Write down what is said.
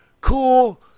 cool